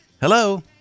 hello